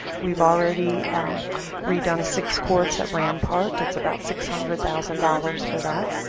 we've already redone six courts at rampart. it's about six hundred thousand dollars for that.